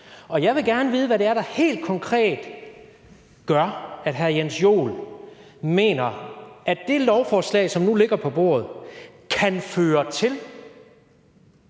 i. Jeg vil gerne vide, hvad det er, der helt konkret gør, at hr. Jens Joel mener, at det lovforslag, som nu ligger på bordet, kan føre til,